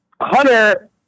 Hunter